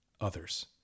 others